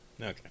Okay